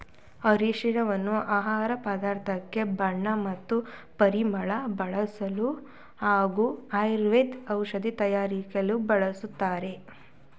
ಅರಿಶಿನವನ್ನು ಆಹಾರ ಪದಾರ್ಥಕ್ಕೆ ಬಣ್ಣ ಮತ್ತು ಪರಿಮಳ ಬರ್ಸಲು ಹಾಗೂ ಆಯುರ್ವೇದ ಔಷಧಿ ತಯಾರಕೆಲಿ ಬಳಸ್ತಾರೆ